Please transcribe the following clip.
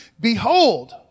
Behold